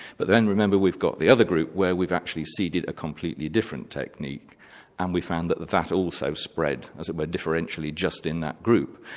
but then remember we've got the other group where we've actually seeded a completely different technique and we found that that that also spread as it were differentially just in that group.